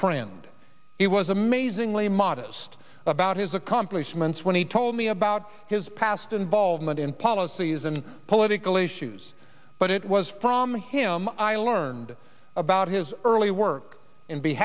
friend he was amazingly modest about his accomplishments when he told me about his past involvement in policies and political issues but it was from him i learned about his early work in be